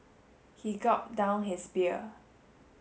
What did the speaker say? he gulped down his beer